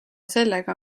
sellega